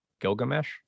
gilgamesh